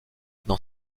dans